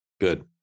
Good